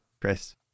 Chris